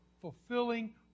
fulfilling